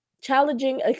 challenging